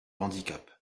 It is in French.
handicap